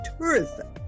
tourism